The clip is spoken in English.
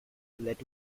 let